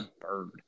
Bird